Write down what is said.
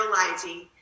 realizing